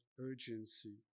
urgency